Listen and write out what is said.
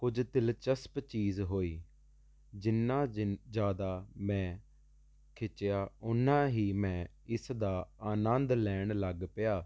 ਕੁਝ ਦਿਲਚਸਪ ਚੀਜ਼ ਹੋਈ ਜਿੰਨਾ ਜਿਨ ਜ਼ਿਆਦਾ ਮੈਂ ਖਿੱਚਿਆ ਉੰਨਾਂ ਹੀ ਮੈਂ ਇਸ ਦਾ ਆਨੰਦ ਲੈਣ ਲੱਗ ਪਿਆ